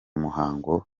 muhango